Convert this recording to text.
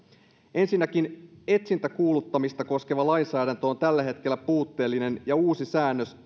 ensinnäkin etsintäkuuluttamista koskeva lainsäädäntö on tällä hetkellä puutteellinen ja uusi säännös